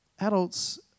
adults